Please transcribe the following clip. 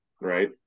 right